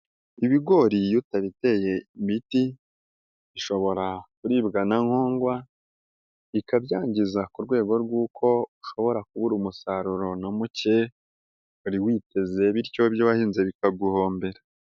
Ibigori iyo utabiteye imiti bishobora kuribwa na nkongwa, ikabyangiza ku rwego rw'uko ushobora kubura umusaruro na muke wari witeze bityo ibyo wahinze bikaguhombera.